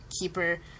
keeper